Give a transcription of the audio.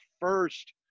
first